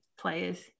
players